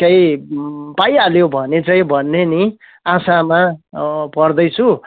केही पाइहाल्यो भने चाहिँ भन्ने नि आशामा पढ्दैछु